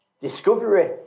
discovery